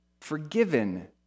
forgiven